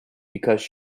because